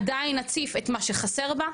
עדיין אציף את מה שחסר בה,